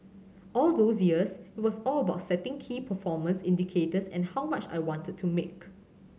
all those years it was all about setting key performance indicators and how much I wanted to make